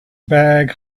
bag